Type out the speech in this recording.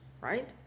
right